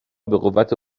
بقوت